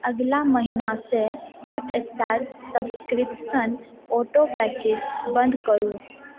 अगिला महिनासँ हॉटस्टार सब्सक्रिपसनक ऑटोपेकेँ बन्द करू